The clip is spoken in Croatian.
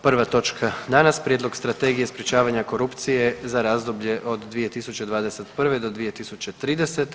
Prva točka danas: -Prijedlog strategije sprječavanja korupcije za razdoblje od 2021. do 2030.